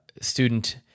student